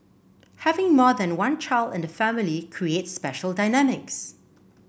having more than one child in the family creates special dynamics